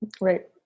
Right